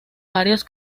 varios